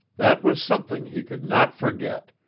that was something he could not forget,